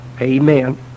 Amen